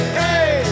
hey